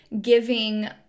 giving